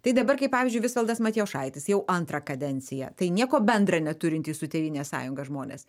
tai dabar kaip pavyzdžiui visvaldas matijošaitis jau antrą kadenciją tai nieko bendra neturintys su tėvynės sąjunga žmonės